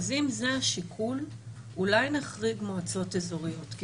אז אם זה השיקול אולי נחריג מועצות אזוריות כי